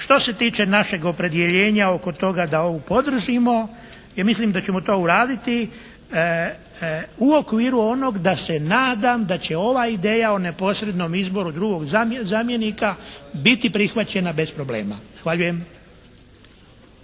Što se tiče našeg opredjeljenja oko toga da ovo podržimo, jer mislim da ćemo to uraditi u okviru onog da se nadam da će ova ideja o neposrednom izboru drugog zamjenika biti prihvaćena bez problema. Zahvaljujem.